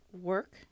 work